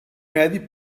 medi